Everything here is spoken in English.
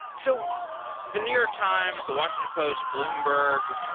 so the new york times, the washington post, bloomberg,